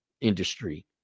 industry